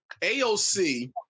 AOC